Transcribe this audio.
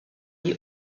die